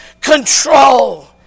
control